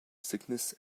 sickness